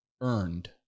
earned